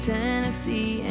Tennessee